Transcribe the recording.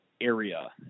area